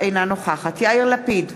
אינה נוכחת יאיר לפיד,